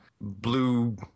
blue